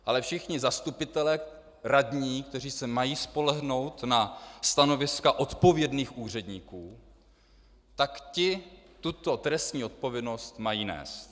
Ale všichni zastupitelé, radní, kteří se mají spolehnout na stanoviska odpovědných úředníků, ti tuto trestní odpovědnost mají nést.